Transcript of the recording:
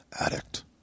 addict